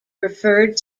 preferred